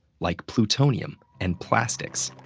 like plutonium and plastics.